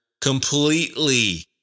completely